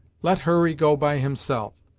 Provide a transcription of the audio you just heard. let hurry go by himself,